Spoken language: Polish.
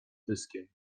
pyskiem